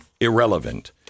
irrelevant